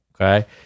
Okay